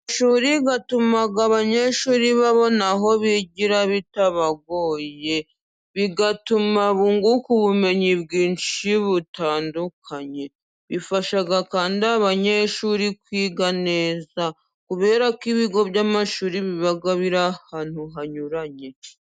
Ishuri rituma abanyeshuri babona aho bigira bitabagoye. Bigatuma bunguka ubumenyi bwinshi butandukanye. Bifasha kandi abanyeshuri kwiga neza, kubera ko ibigo by'amashuri biba biri ahantu hanyuranye.